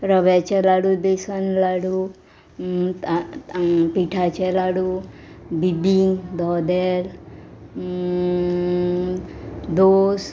रव्याचें लाडू बेसन लाडू पिठाचे लाडू बिबींग धोदल दोस